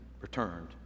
returned